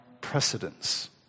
precedence